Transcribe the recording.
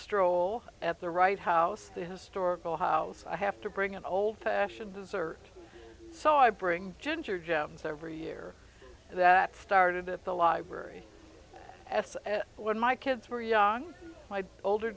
stroll at the right house the historical house i have to bring an old fashioned dessert so i bring ginger gems every year that started at the library s when my kids were young my older